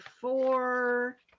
four